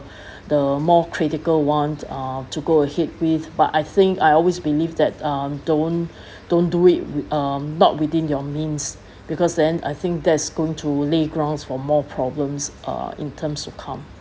the more critical one uh to go ahead with but I think I always believe that um don't don't do it um not within your means because then I think that's going to lay grounds for more problems uh in terms to come